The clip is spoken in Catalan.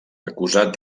acusat